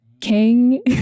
King